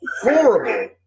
horrible